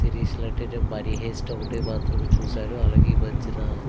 సిరీస్లంటే Money Heist ఒకటి మాత్రం చూశాను అలాగే ఈ మధ్య